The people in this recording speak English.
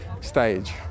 stage